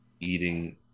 eating